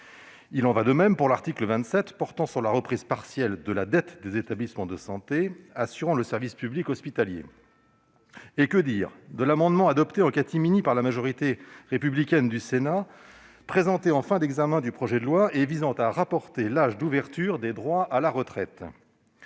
Il en va de même pour l'article 27 portant sur la reprise partielle de la dette des établissements de santé assurant le service public hospitalier. Et que dire de l'amendement présenté en fin d'examen du projet de loi et visant à reporter l'âge d'ouverture des droits à la retraite,